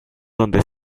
donde